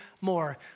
more